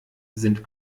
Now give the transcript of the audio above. sind